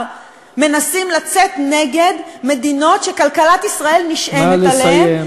מנסים לצאת נגד מדינות שכלכלת ישראל נשענת עליהן,